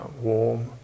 warm